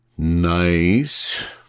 Nice